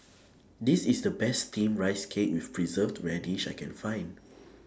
This IS The Best Steamed Rice Cake with Preserved Radish I Can Find